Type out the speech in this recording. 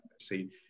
see